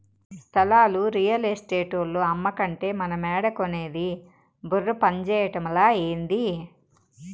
స్థలాలు రియల్ ఎస్టేటోల్లు అమ్మకంటే మనమేడ కొనేది బుర్ర పంజేయటమలా, ఏంది